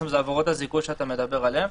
העברות הזיכוי שאתה מדבר עליהן.